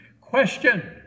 Question